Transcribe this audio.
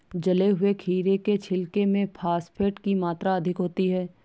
जले हुए खीरे के छिलके में फॉस्फेट की मात्रा अधिक होती है